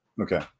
Okay